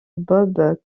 bob